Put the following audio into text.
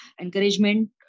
encouragement